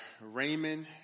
Raymond